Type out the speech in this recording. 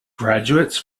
graduates